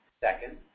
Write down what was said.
Second